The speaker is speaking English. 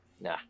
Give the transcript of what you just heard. nah